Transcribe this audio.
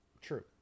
True